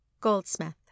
goldsmith